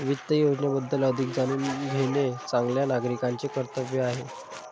वित्त योजनेबद्दल अधिक जाणून घेणे चांगल्या नागरिकाचे कर्तव्य आहे